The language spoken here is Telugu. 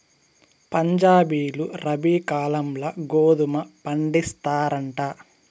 పంజాబీలు రబీ కాలంల గోధుమ పండిస్తారంట